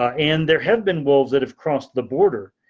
ah and there have been wolves that have crossed the border